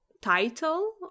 title